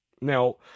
Now